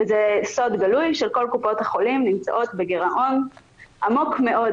זה סוד גלוי שכל קופות החולים נמצאות בגירעון עמוק מאוד